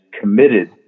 committed